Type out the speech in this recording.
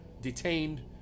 detained